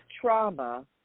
trauma